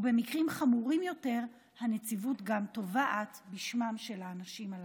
ובמקרים חמורים יותר הנציבות גם תובעת בשמם של האנשים הללו.